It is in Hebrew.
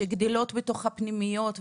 שגדלים בתוך הפנימיות,